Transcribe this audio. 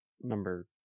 number